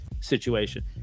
situation